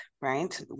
right